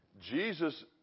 Jesus